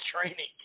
training